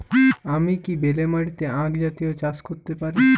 আমি কি বেলে মাটিতে আক জাতীয় চাষ করতে পারি?